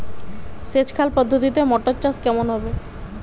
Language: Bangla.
সেচ খাল পদ্ধতিতে মটর চাষ কেমন হবে?